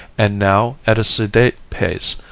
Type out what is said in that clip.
and now at a sedate pace,